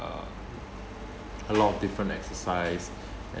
uh a lot of different exercise